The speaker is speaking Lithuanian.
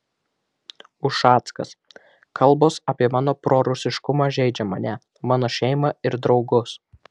ušackas kalbos apie mano prorusiškumą žeidžia mane mano šeimą ir draugus